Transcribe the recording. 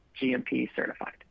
GMP-certified